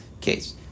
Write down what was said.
case